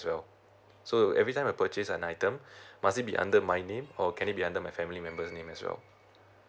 well so so every time I purchase an item must be under my name or can it be under my family members name as well